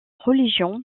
religions